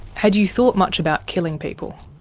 had you thought much about killing people?